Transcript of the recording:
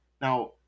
Now